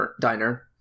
Diner